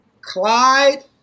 Clyde